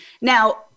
Now